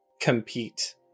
compete